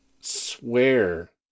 swear